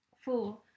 four